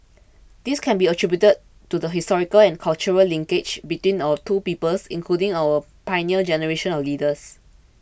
this can be attributed to the historical and cultural linkages between our two peoples including our Pioneer Generation of leaders